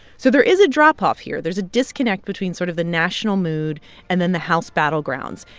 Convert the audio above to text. so there is a dropoff here. there's a disconnect between sort of the national mood and then the house battlegrounds.